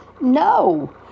No